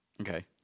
Okay